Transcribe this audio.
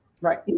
right